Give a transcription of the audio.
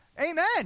amen